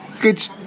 good